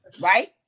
Right